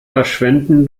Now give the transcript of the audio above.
verschwenden